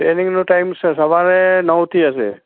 ટ્રેનિંગનો time સ સવારે નવથી હશે